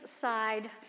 side